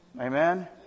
Amen